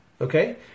Okay